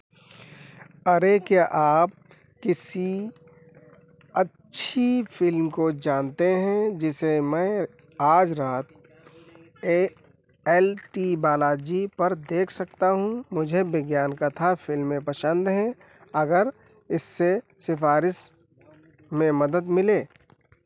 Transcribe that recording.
अरे क्या आप किसी अच्छी फ़िल्म को जानते हैं जिसे मैं आज रात ए एल टी बालाजी पर देख सकता हूँ मुझे विज्ञान कथा फ़िल्में पसंद हैं अगर इससे सिफ़ारिश में मदद मिले